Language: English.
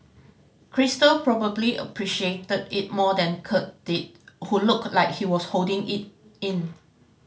crystal probably appreciated it more than Kirk did who looked like he was holding it in